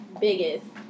biggest